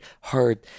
hard